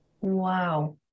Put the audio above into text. Wow